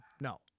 No